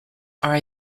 are